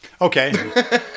Okay